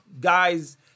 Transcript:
guys